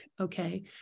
okay